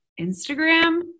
Instagram